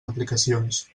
aplicacions